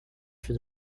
for